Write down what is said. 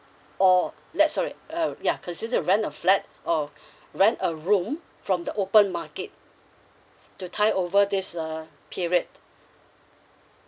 or let's sorry uh ya consider to rent a flat or rent a room from the open market to tie over this uh period